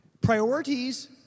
Priorities